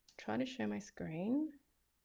trying to share my screen